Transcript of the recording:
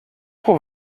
pro